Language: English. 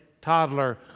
toddler